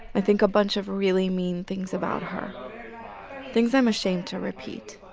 i think a bunch of really mean things about her things i'm ashamed to repeat.